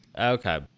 Okay